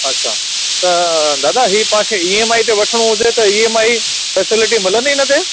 अच्छा त दादा ही मां खे ई एम आई ते वठिणो हुजे त ई एम आई फ़ेसिलिटी मिलंदी हिन ते